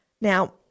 now